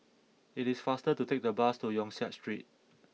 it is faster to take the bus to Yong Siak Street